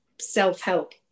self-help